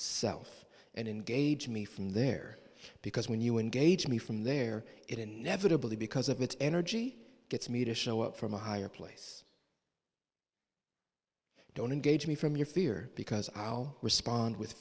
self and engage me from there because when you engage me from there it inevitably because of its energy gets me to show up from a higher place don't engage me from your fear because i'll respond with